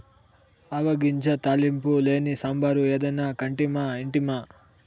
ఆవ గింజ తాలింపు లేని సాంబారు ఏదైనా కంటిమా ఇంటిమా